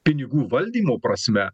pinigų valdymo prasme